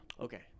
Okay